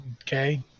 Okay